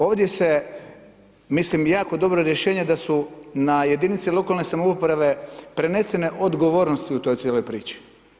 Ovdje se, mislim jako dobro rješenje da su na jedinice lokalne samouprave prenesene odgovornosti u toj cijeloj priči.